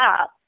up